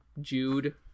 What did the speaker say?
Jude